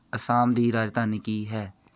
ਅਸਾਮ ਦੀ ਰਾਜਧਾਨੀ ਕੀ ਹੈ